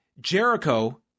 Jericho